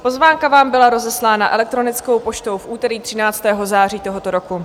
Pozvánka vám byla rozeslána elektronickou poštou v úterý 13. září tohoto roku.